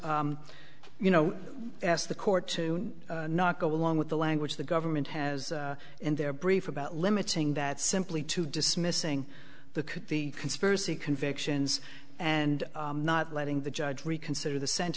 you know ask the court to not go along with the language of the government has in their brief about limiting that simply to dismissing the conspiracy convictions and not letting the judge reconsider the sent